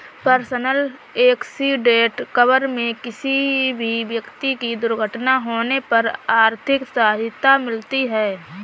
personal accident cover में किसी भी व्यक्ति की दुर्घटना होने पर आर्थिक सहायता मिलती है